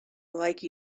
like